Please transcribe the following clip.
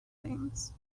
things